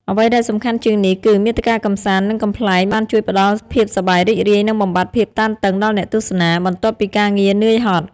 អ្វីដែលសំខាន់ជាងនេះគឺ មាតិកាកម្សាន្ត និងកំប្លែងបានជួយផ្តល់ភាពសប្បាយរីករាយ និងបំបាត់ភាពតានតឹងដល់អ្នកទស្សនា បន្ទាប់ពីការងារនឿយហត់។